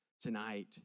tonight